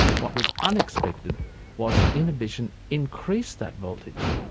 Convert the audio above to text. what was unexpected was that inhibition increased that voltage,